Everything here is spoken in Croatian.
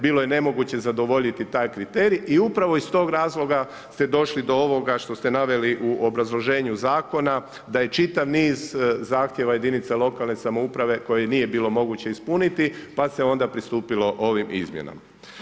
Bilo je nemoguće zadovoljiti taj kriterij i upravo iz tog razloga ste došli do ovoga što ste naveli u obrazloženju zakona, da je čitav niz zahtjeva jedinica lokalne samouprave, koje nije bilo moguće ispuniti, pa se onda pristupilo ovim izmjenama.